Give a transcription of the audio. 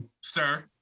sir